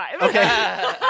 Okay